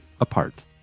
apart